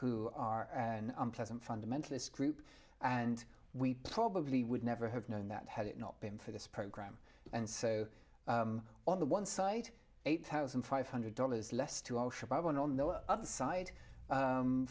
who are an unpleasant fundamentalist group and we probably would never have known that had it not been for this program and so on the one side eight thousand five hundred dollars less to al shabaab and on the other side